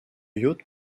yacht